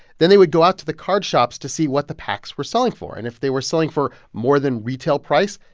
then they would go out to the card shops to see what the packs were selling for. and if they were selling for more than retail price,